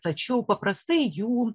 tačiau paprastai jų